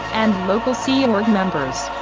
and local sea and org members.